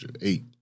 eight